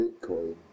Bitcoin